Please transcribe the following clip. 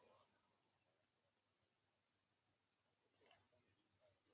ya